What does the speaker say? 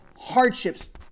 hardships